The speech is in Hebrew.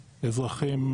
שהאזרחים,